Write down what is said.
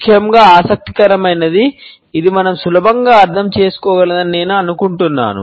ముఖ్యంగా ఆసక్తికరమైనది ఇది మనం సులభంగా అర్థం చేసుకోగలదని నేను అనుకుంటున్నాను